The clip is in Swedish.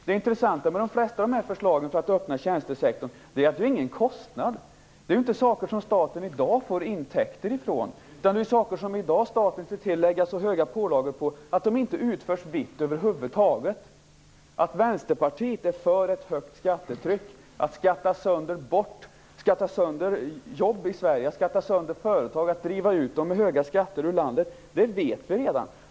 Det intressanta med de flesta av förslagen för att öppna tjänstesektorn är att de inte innebär någon kostnad. Det är inte saker som staten i dag får intäkter från. Det är saker som staten i dag ser till att lägga så höga pålagor på att de inte utförs vitt över huvud taget. Att Vänsterpartiet är för ett högt skattetryck, att skatta sönder jobb i Sverige, att skatta sönder företag, att med höga skatter driva ut dem ur landet vet vi redan.